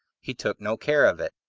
he took no care of it,